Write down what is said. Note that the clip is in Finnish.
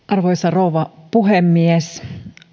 arvoisa rouva puhemies